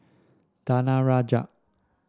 danaraj